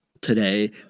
Today